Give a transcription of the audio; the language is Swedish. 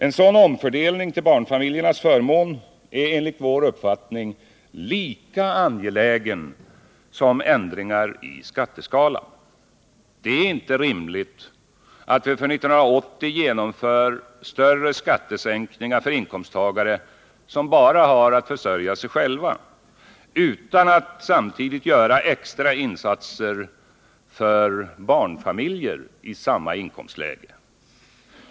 En sådan omfördelning till barnfamiljernas förmån är enligt vår uppfattning lika angelägen som ändringar i skatteskalan. Det är inte rimligt att för 1980 genomföra större skattesänkningar för inkomsttagare som bara haratt försörja sig själva utan att samtidigt göra extra insatser för barnfamiljer i samma inkomstläge.